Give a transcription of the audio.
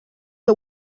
que